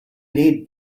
need